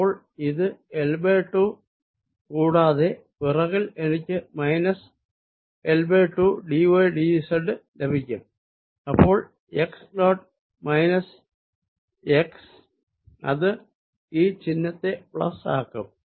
അപ്പോൾ ഇത് L2 കൂടാതെ പിറകിൽ എനിക്ക് minus L2 d y d z ലഭിക്കും അപ്പോൾ x ഡോട്ട് മൈനസ് x അത് ഈ ചിഹ്നത്തെ പ്ലസ് ആക്കും